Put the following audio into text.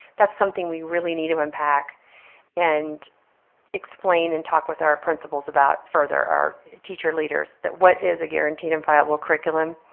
that's something we really need to unpack and explain and talk with our principals about further, our teacher leaders, what is a guaranteed and viable curriculum?